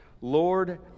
Lord